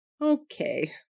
okay